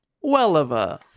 Welliver